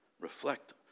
Reflect